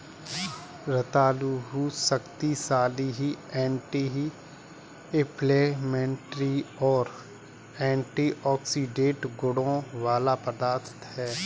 रतालू शक्तिशाली anti inflammatory और एंटीऑक्सीडेंट गुणों वाला पदार्थ है